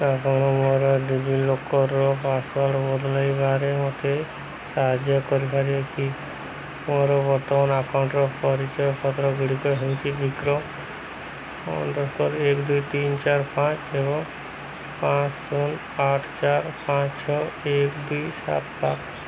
ଆପଣ ମୋର ଡିଜିଲକର୍ ପାସୱାର୍ଡ଼୍ ବଦଳାଇବାରେ ମୋତେ ସାହାଯ୍ୟ କରିପାରିବେ କି ମୋର ବର୍ତ୍ତମାନ ଆକାଉଣ୍ଟ୍ର ପରିଚୟପତ୍ରଗୁଡ଼ିକ ହେଉଛି ବିକ୍ରମ ଏକେ ଦୁଇ ତିନି ଚାରି ପାଞ୍ଚ ଏବଂ ପାଞ୍ଚ ଶୂନ ଆଠ ଚାରି ପାଞ୍ଚ ଛଅ ଏକ ଦୁଇ ସାତ ସାତ